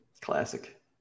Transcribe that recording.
Classic